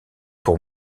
pour